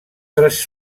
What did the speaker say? tres